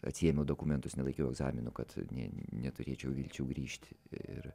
atsiėmiau dokumentus nelaikiau egzaminų kad neturėčiau vilčių grįžti ir